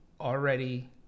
already